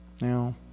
Now